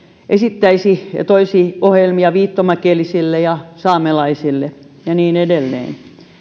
esittäisi ja toisi ohjelmia viittomakielisille saamelaisille ja niin edelleen